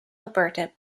alberta